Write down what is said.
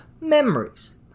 memories